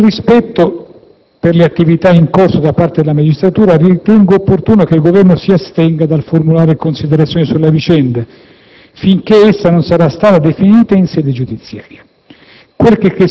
Nel rispetto per le attività in corso da parte della magistratura, ritengo opportuno che il Governo si astenga dal formulare considerazioni sulla vicenda finché essa non sarà stata definita in sede giudiziaria.